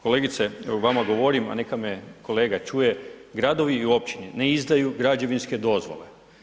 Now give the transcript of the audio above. Kolegice, vama govorim, a neka me kolega čuje, gradovi i općine ne izdaju građevinske dozvole.